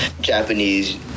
Japanese